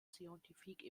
scientifique